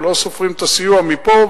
ולא סופרים את הסיוע מפה,